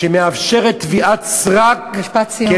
שמאפשרת תביעת סרק, משפט סיום, בבקשה.